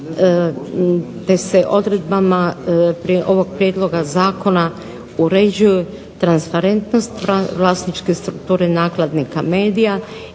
te se odredbama prije ovog prijedloga zakona uređuju transparentnost vlasničke strukture nakladnika medija